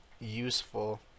useful